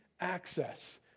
access